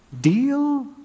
deal